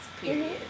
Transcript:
period